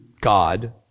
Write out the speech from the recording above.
God